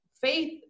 faith